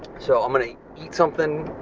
so, i'm gonna eat something,